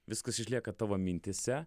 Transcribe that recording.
viskas išlieka tavo mintyse